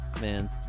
man